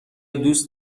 دوست